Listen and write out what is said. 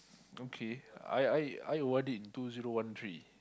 okay I I I O_R_D in two zero one three